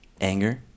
Anger